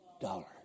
dollar